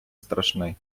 страшний